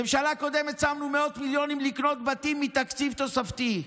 בממשלה הקודמת שמנו מאות מיליונים לקנות בתים מתקציב תוספתי.